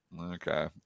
Okay